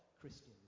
Christians